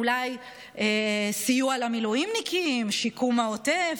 אולי סיוע למילואימניקים, שיקום העוטף,